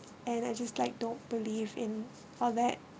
and I just like don't believe in all that